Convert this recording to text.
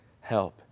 help